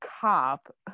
cop